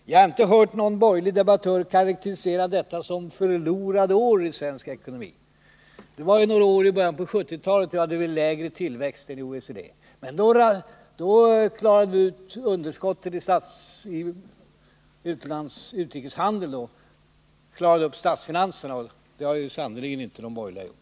Jag har inte hört någon borgerlig debattör karakterisera detta som förlorade år i svensk ekonomi. Några år i början av 1970-talet hade vi lägre tillväxt än OECD. Men vi klarade upp underskottet i utrikeshandeln och klarade upp statsfinanserna, och det har sannerligen inte de borgerliga gjort.